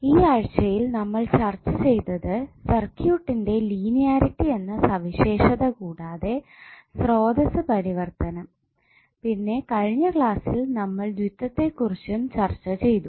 ഈ ആഴ്ചയിൽ നമ്മൾ ചർച്ച ചെയ്യതത് സർക്യൂട്ടിന്റെ ലീനിയറിറ്റി എന്ന സവിശേഷത കൂടാതെ സ്രോതസ്സ് പരിവർത്തനം പിന്നെ കഴിഞ്ഞ ക്ലാസ്സിൽ നമ്മൾ ദ്വിത്വത്തെ കുറിച്ചും ചർച്ച ചെയ്തു